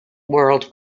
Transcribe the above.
world